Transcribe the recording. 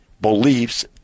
beliefs